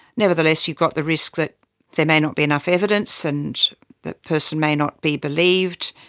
nevertheless you've got the risk that there may not be enough evidence and that person may not be believed,